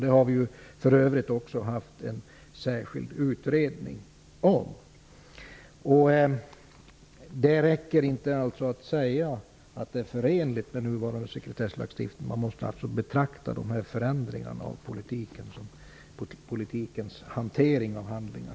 Det har vi för övrigt haft en särskild utredning om. Det räcker alltså inte att säga att det är förenligt med nuvarande sekresslagstiftning. Man måste betrakta dessa förändringar i politiken som sker när det gäller hanteringen av handlingar.